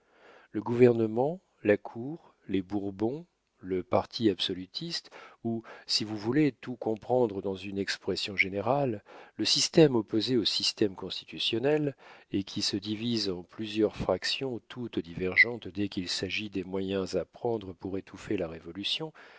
le gouvernement la cour les bourbons le parti absolutiste ou si vous voulez tout comprendre dans une expression générale le système opposé au système constitutionnel et qui se divise en plusieurs fractions toutes divergentes dès qu'il s'agit des moyens à prendre pour étouffer la révolution